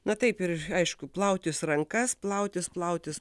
na taip ir aišku plautis rankas plautis plautis